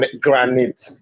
Granite